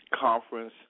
conference